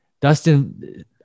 Dustin